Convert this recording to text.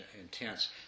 intense